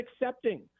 accepting